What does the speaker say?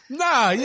nah